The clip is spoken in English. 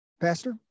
Pastor